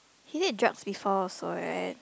he did drugs before also right